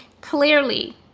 clearly